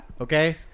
Okay